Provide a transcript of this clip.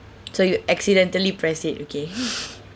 so you accidentally press it okay